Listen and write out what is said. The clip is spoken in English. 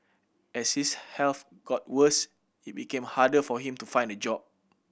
as his health got worse it became harder for him to find a job